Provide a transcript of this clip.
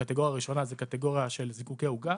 הקטגוריה הראשונה זה קטגוריה של זיקוקי עוגה,